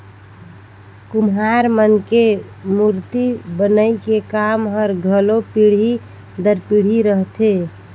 कुम्हार मन के मूरती बनई के काम हर घलो पीढ़ी दर पीढ़ी रहथे